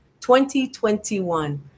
2021